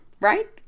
Right